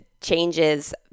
changes